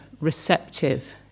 receptive